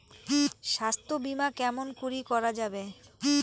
স্বাস্থ্য বিমা কেমন করি করা যাবে?